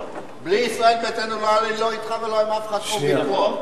בלי ישראל ביתנו לא היה לא אתך ולא עם אף אחד שום ויכוח,